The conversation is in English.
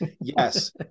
Yes